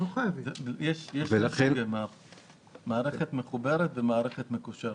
יש מערכת מחוברת ויש מערכת מקושרת.